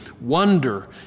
wonder